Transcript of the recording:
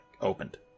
opened